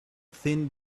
thin